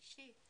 אישי,